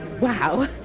Wow